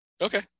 Okay